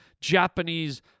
Japanese